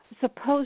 suppose